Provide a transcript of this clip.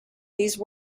these